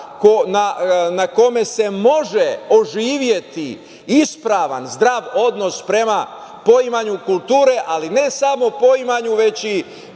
na kome se može oživeti isprava, zdrav odnos prema poimanju kulture, ali ne samo poimanju, već i